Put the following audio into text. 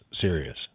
serious